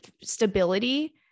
stability